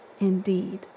indeed